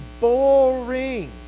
boring